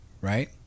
right